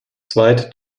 zweite